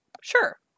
Sure